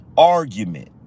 Argument